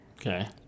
okay